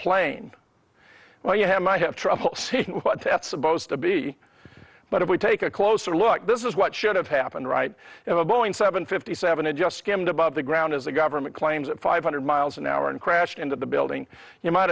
plane well you have might have trouble seeing what that's supposed to be but if we take a closer look this is what should have happened right now a boeing seven fifty seven and just skimmed above the ground as the government claims at five hundred miles an hour and crashed into the building you might